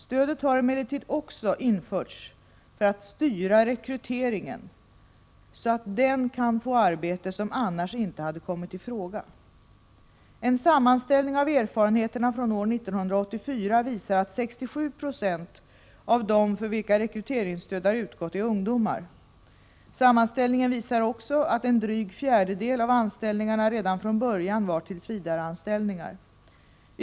Stödet har emellertid också införts för att styra rekryteringen, så att den kan få arbete som annars inte hade kommit i fråga. En sammanställning av erfarenheterna från år 1984 visar att 67 96 av dem för vilka rekryteringsstöd har utgått är ungdomar. Sammanställningen visar också att en dryg fjärdedel av anställningarna redan från början var tillsvidareanställningar.